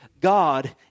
God